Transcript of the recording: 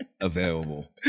available